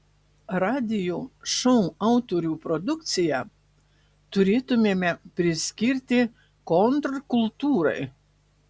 radijo šou autorių produkciją turėtumėme priskirti kontrkultūrai